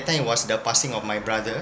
time it was the passing of my brother